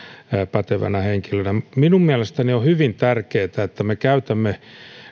pätevänä henkilönä minun mielestäni on hyvin tärkeätä että me käytämme